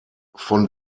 von